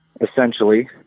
essentially